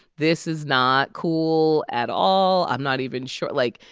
this is not cool at all. i'm not even sure like,